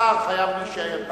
השר חייב להישאר פה.